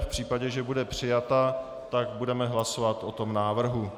V případě, že bude přijata, tak budeme hlasovat o návrhu.